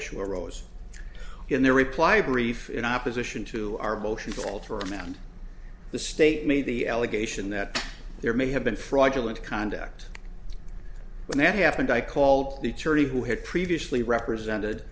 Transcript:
issue arose in their reply brief in opposition to our motion to alter amend the state made the allegation that there may have been fraudulent conduct when that happened i called the charity who had previously represented